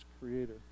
creator